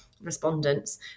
respondents